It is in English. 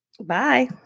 Bye